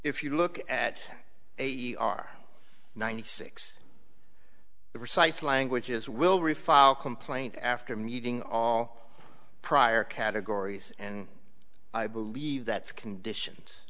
if you look at eighty our ninety six recites languages will refile complaint after meeting all prior categories and i believe that's conditions